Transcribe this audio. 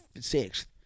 sixth